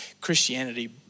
Christianity